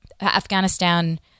Afghanistan